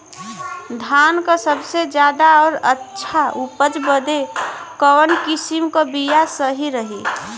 धान क सबसे ज्यादा और अच्छा उपज बदे कवन किसीम क बिया सही रही?